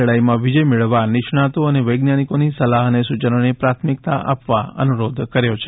લડાઇમાં વિજય મેળવવા નિષ્ણાતો અને વૈજ્ઞાનિકોની સલાહ અને સૂચનોને પ્રાથમિકતા આપવા અનુરોધ કર્યો છે